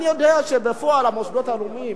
אני יודע שבפועל המוסדות הלאומיים,